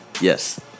Yes